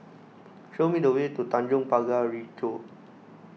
show me the way to Tanjong Pagar Ricoh